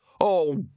Oh